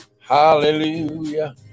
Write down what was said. Hallelujah